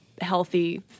healthy